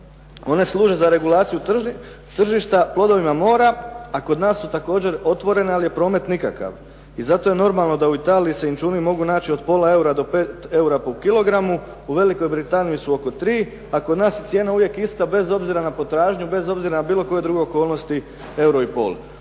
One služe za regulaciju tržišta plodovima mora, a kod nas su također otvorena, ali je promet nikakav. I zato je normalno da u Italiji se inćuni mogu naći od pola eura do 5 eura po kg, u Velikoj Britaniji su oko 3, a kod nas je cijena uvijek ista bez obzira na potražnju, bez obzira na bilo koje druge okolnosti euro i pol.